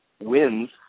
wins –